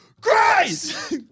Grace